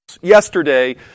yesterday